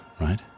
right